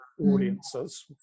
audiences